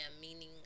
Meaning